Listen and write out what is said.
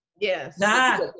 Yes